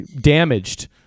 damaged